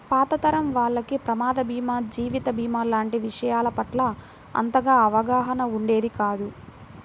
పాత తరం వాళ్లకి ప్రమాద భీమా, జీవిత భీమా లాంటి విషయాల పట్ల అంతగా అవగాహన ఉండేది కాదు